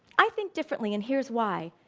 i think differently and here is why.